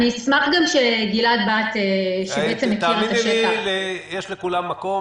אשמח שגלעד בהט שמכיר את השטח --- יש לכולם מקום